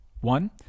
One